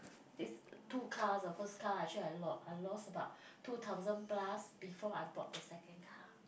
this two cars of first car actually I lost I lost about two thousand plus before I bought the second car